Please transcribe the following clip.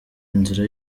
inzira